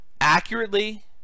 accurately